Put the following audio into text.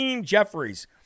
Jeffries